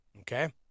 Okay